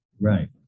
Right